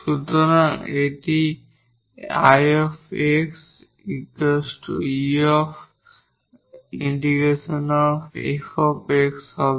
সুতরাং এটি 𝐼 𝑥 𝑒 ∫ 𝑓 𝑥 হবে